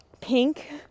pink